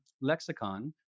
lexicon